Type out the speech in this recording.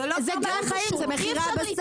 זה לא בעלי חיים זה מחירי הבשר,